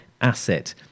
asset